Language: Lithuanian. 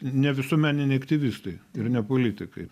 ne visuomeniniai aktyvistai ir ne politikai